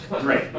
Great